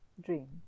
Dream